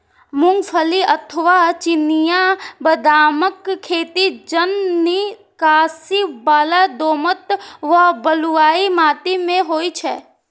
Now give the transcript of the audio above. मूंगफली अथवा चिनिया बदामक खेती जलनिकासी बला दोमट व बलुई माटि मे होइ छै